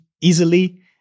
easily